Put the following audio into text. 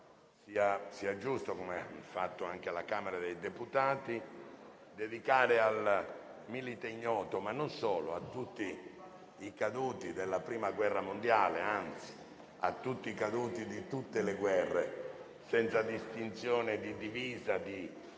sia giusto, come ha fatto la Camera dei deputati, dedicare al Milite Ignoto, ma anche a tutti i caduti della Prima guerra mondiale, anzi ai caduti di tutte le guerre, senza distinzione di divisa, di